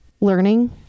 learning